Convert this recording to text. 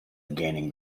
gaining